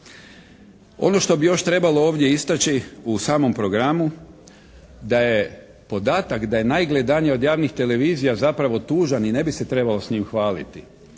Ono što bi još trebalo ovdje istaći u samom programu da je podatak da je najgledanija od javnih televizija tužan i ne bi se trebalo s njime hvaliti.